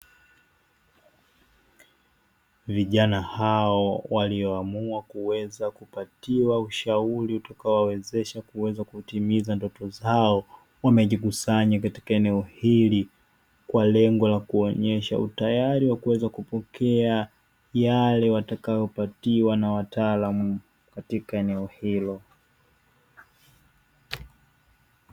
Vijana hao walioamua kuweza kupatiwa ushauri utakao wawezesha kuweza kutimiza ndoto zao, wamejikusanya katika eneo hili kwa lengo la kuonesha utayari wa kuweza kupokea yale watakayopatiwa na wataalamu katika eneo hilo.